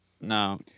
No